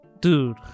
Dude